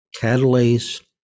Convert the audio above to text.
catalase